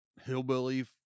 hillbilly